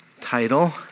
title